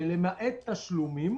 שלמעט תשלומים